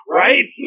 right